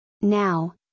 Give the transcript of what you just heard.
Now